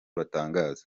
batangaza